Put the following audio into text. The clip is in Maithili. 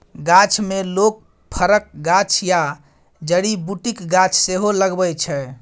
गाछी मे लोक फरक गाछ या जड़ी बुटीक गाछ सेहो लगबै छै